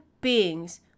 beings